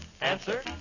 Answer